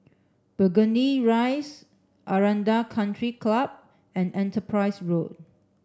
Burgundy Rise Aranda Country Club and Enterprise Road